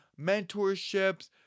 mentorships